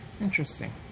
Interesting